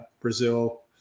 Brazil